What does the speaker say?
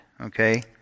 okay